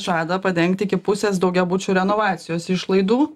žada padengt iki pusės daugiabučių renovacijos išlaidų